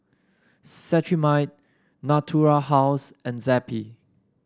Cetrimide Natura House and Zappy